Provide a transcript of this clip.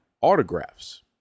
autographs